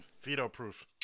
veto-proof